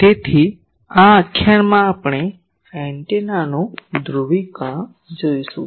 તેથી આ વ્યાખ્યાનમાં આપણે એન્ટેનાનું ધ્રુવીકરણ જોશું